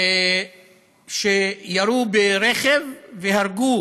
שירו ברכב והרגו